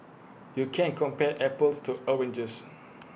you can't compare apples to oranges